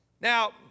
Now